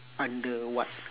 under what